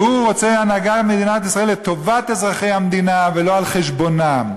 והוא רוצה הנהגה במדינת ישראל לטובת אזרחי המדינה ולא על חשבונם.